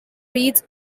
reads